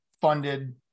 funded